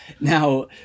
Now